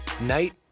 night